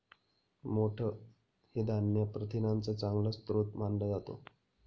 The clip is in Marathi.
मोठ हे धान्य प्रथिनांचा चांगला स्रोत मानला जातो